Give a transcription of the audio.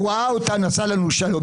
ראה אותנו, עשה לנו שלום.